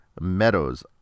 Meadows